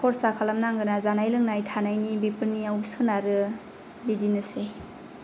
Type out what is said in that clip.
खरसा खालामनाङोना जानाय लोंनाय थानायनि बेफोरनियाव सोनारो बिदिनोसै